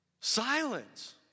Silence